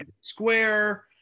square